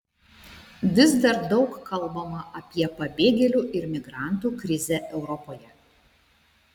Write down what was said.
vis dar daug kalbama apie pabėgėlių ir migrantų krizę europoje